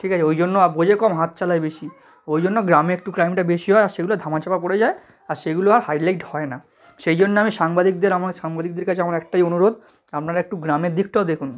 ঠিক আছে ওই জন্য বোঝে কম হাত চালায় বেশি ওই জন্য গ্রামে একটু ক্রাইমটা বেশি হয় আর সেগুলো ধামাচাপা পড়ে যায় আর সেগুলো আর হাইলাইট হয় না সেই জন্য আমি সাংবাদিকদের আমার সাংবাদিকদের কাছে আমার একটাই অনুরোধ আপনারা একটু গ্রামের দিকটাও দেখুন